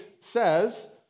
says